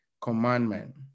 commandment